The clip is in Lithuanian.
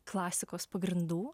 klasikos pagrindų